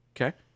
Okay